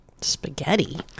Spaghetti